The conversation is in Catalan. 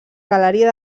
galeria